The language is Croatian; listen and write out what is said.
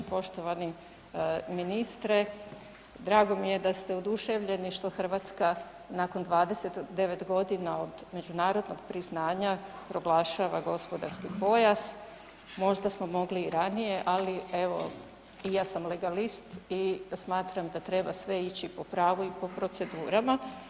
Poštovani ministre, drago mi je da ste oduševljeni što Hrvatska nakon 29.g. od međunarodnog priznanja proglašava gospodarski pojas, možda smo mogli i ranije, ali evo i ja sam legalist i smatram da sve treba ići po pravu i po procedurama.